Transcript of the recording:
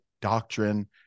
doctrine